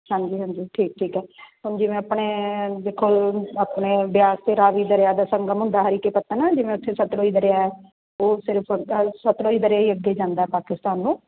ਹਾਂਜੀ ਹਾਂਜੀ ਠੀਕ ਠੀਕ ਹੈ ਹੁਣ ਜਿਵੇਂ ਆਪਣੇ ਦੇਖੋ ਆਪਣੇ ਬਿਆਸ ਅਤੇ ਰਾਵੀ ਦਰਿਆ ਦਾ ਸੰਗਮ ਹੁੰਦਾ ਹਰੀਕੇ ਪੱਤਣ ਜਿਵੇਂ ਉੱਥੇ ਸਤਲੁਜ ਦਰਿਆ ਉਹ ਸਿਰਫ਼ ਸਤਲੁਜ ਦਰਿਆ ਹੀ ਅੱਗੇ ਜਾਂਦਾ ਪਾਕਿਸਤਾਨ ਨੂੰ ਵੀ